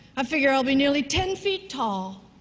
i figure i'll be nearly ten feet tall!